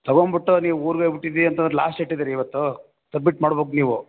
ತಗೊಂಬಿಟ್ಟ ನೀವು ಊರ್ಗೆ ಹೋಬಿಟ್ಟಿದೀಯ್ ಅಂತಂದ್ರೆ ಲಾಸ್ಟ್ ಡೇಟ್ ಇದೆ ರೀ ಇವತ್ತು ಸಬ್ಮಿಟ್ ಮಾಡ್ಬೇಕ್ ನೀವು